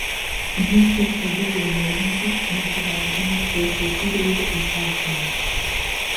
jis jau pradėjo nervintis nesulaukdamas tokio fiurerio įsakymo